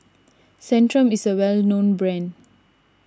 Centrum is a well known brand